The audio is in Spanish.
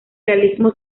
realismo